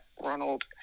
Ronald